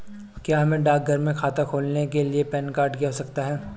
क्या हमें डाकघर में खाता खोलने के लिए पैन कार्ड की आवश्यकता है?